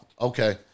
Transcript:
Okay